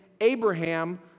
Abraham